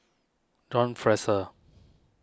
John Fraser